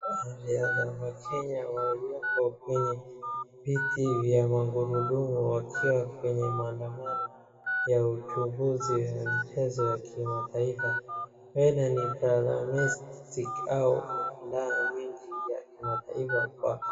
Wanariadha wa Kenya walioko kwenye viti vya magurudumu wakiwa kwenye maandamano ya uchunguzi wa mchezo wa kimataifa. Huenda ni Paralympics au mashindano mengine ya kimataifa kwa